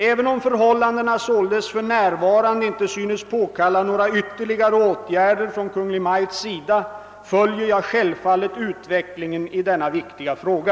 Även om förhållandena således f.n. inte synes påkalla några ytterligare åtgärder från Kungl. Maj:ts sida följer jag självfallet utvecklingen i denna viktiga fråga.